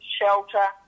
shelter